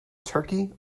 turkey